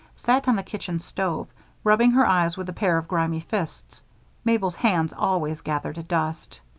sat on the kitchen stove rubbing her eyes with a pair of grimy fists mabel's hands always gathered dust.